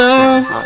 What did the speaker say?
Love